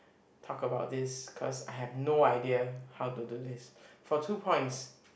talk about this cause I have no idea how to do this for two points